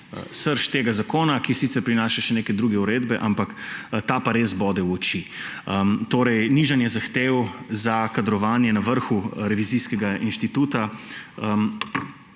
srž tega zakona, ki sicer prinaša še neke druge uredbe, ampak ta pa res bode v oči, torej, nižanje zahtev za kadrovanje na vrhu revizijskega inštituta.